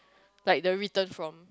like the written form